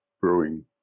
brewing